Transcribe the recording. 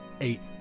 Eight